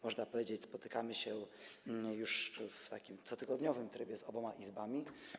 Można powiedzieć, że spotykamy się już w takim cotygodniowym trybie z oboma Izbami.